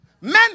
Men